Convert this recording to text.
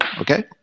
Okay